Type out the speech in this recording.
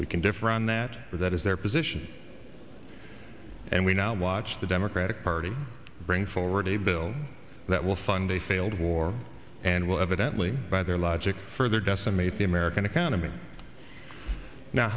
we can differ on that but that is their position and we now watch the democratic party bring forward a bill that will fund a failed war and will evidently by their logic further decimate the american economy now